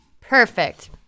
Perfect